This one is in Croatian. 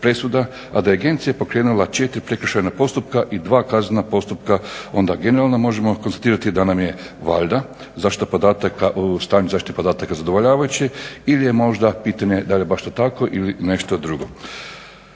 a da je agencija pokrenula 4 prekršajna postupka i 2 kaznena postupka, onda generalno možemo konstatirati da nam je, valjda, stanje zaštite podataka zadovoljavajuće ili je možda pitanje da li je baš to tako ili nešto drugo.